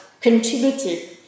contributed